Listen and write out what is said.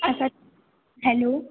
असां हलो